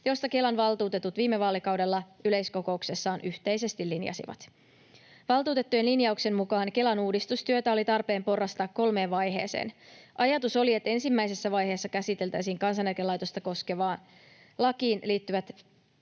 josta Kelan valtuutetut viime vaalikaudella yleiskokouksessaan yhteisesti linjasivat. Valtuutettujen linjauksen mukaan Kelan uudistustyötä oli tarpeen porrastaa kolmeen vaiheeseen. Ajatus oli, että ensimmäisessä vaiheessa käsiteltäisiin Kansaneläkelaitosta koskevaan lakiin liittyvät